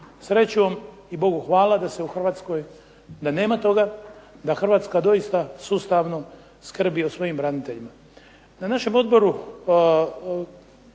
Srećom i Bogu hvala da se u Hrvatskoj, da nema toga, da Hrvatska doista sustavno skrbi o svojim braniteljima.